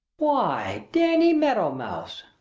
why, danny meadow mouse,